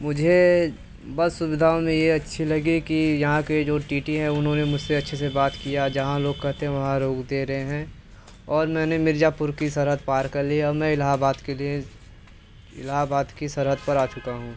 मुझे बस सुविधाओं में ये अच्छी लगी कि यहाँ के जो टी टी हैं उन्होंने मुझसे अच्छे से बात किया जहाँ लोग कहते हैं वहाँ रोक दे रहे हैं और मैंने मिर्जापुर की सरहद पार कर ली अब मैं एलाहाबाद के लिए एलाहाबाद की सरहद पर आ चुका हूँ